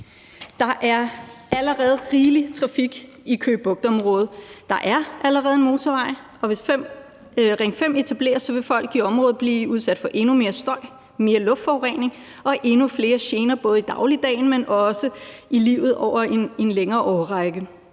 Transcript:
Der er allerede rigelig trafik i Køge Bugt-området. Der er allerede en motorvej, og hvis Ring 5 etableres, vil folk i området blive udsat for endnu mere støj, mere luftforurening og endnu flere gener, både i dagligdagen, men også i livet, over en længere årrække.